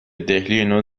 دهلینو